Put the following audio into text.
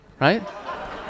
right